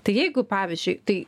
tai jeigu pavyzdžiui tai